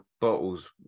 bottles